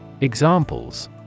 Examples